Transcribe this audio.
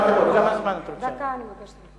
דקה, אני מבקשת.